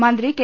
മന്ത്രി കെ